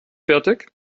fertig